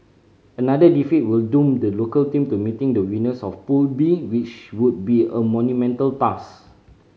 another defeat will doom the local team to meeting the winners of Pool B which would be a monumental task